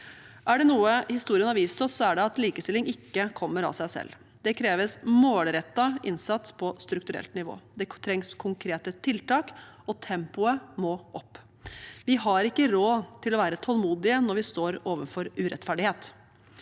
Er det noe historien har vist oss, er det at likestilling ikke kommer av seg selv. Det kreves målrettet innsats på strukturelt nivå. Det trengs konkrete tiltak, og tempoet må opp. Vi har ikke råd til å være tålmodige når vi står overfor urettferdighet.